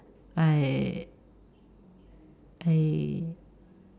I I